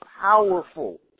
powerful